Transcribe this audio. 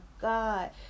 God